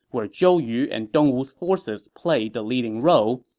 where zhou yu and dongwu's forces played the leading role,